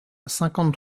cinquante